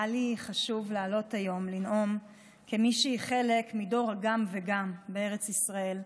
היה לי חשוב לעלות היום ולנאום כמי שהיא חלק מדור הגם-וגם בארץ ישראל.